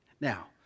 Now